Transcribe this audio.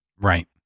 Right